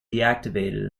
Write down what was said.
deactivated